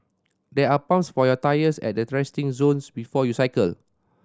there are pumps for your tyres at the resting zones before you cycle